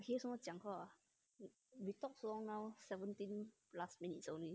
eh 我们讲话 we talk so long now seventeen minutes plus minutes only